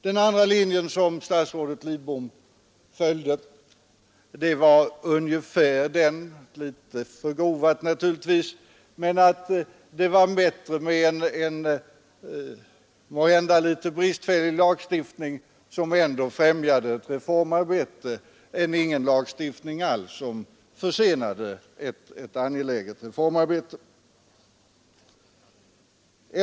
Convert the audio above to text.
Den andra linje som statsrådet Lidbom följde var ungefär den — naturligtvis litet förgrovat — att det var bättre med en måhända något bristfällig lagstiftning som ändå främjade ett reformarbete, än med ingen lagstiftning alls och en försening av reformerna.